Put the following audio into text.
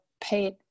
paid